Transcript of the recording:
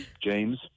James